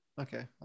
Okay